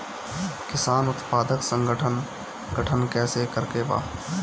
किसान उत्पादक संगठन गठन कैसे करके बा?